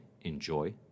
Enjoy